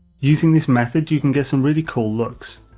using this method, you can get some really cool looks.